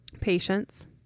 Patients